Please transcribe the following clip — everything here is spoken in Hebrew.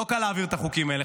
לא קל להעביר את החוקים האלה,